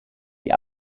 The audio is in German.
die